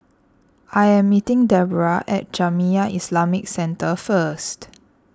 I am meeting Deborrah at Jamiyah Islamic Centre first